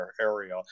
area